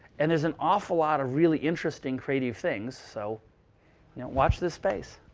and there's an awful lot of really interesting creative things. so watch this space.